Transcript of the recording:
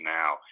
now